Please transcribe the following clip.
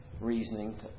reasoning